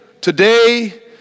today